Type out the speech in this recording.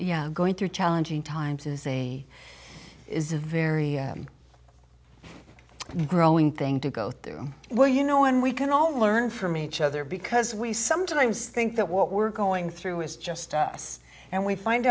yeah going through challenging times is a is a very growing thing to go through well you know and we can all learn from each other because we sometimes think that what we're going through is just us and we find